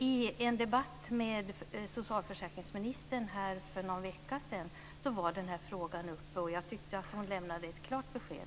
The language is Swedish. I en debatt med socialförsäkringsministern i kammaren för någon vecka sedan var den här frågan uppe, och jag tycker att hon då lämnade ett klart besked.